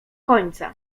końca